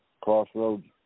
crossroads